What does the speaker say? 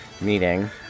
meeting